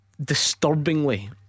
Disturbingly